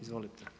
Izvolite.